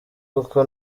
kuko